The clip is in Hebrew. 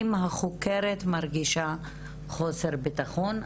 אם החוקרת מרגישה חוסר ביטחון,